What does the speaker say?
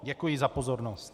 Děkuji za pozornost.